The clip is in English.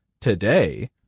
today